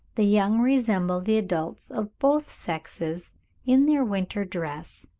the young resemble the adults of both sexes in their winter dress,